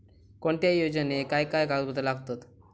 कोणत्याही योजनेक काय काय कागदपत्र लागतत?